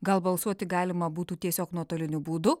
gal balsuoti galima būtų tiesiog nuotoliniu būdu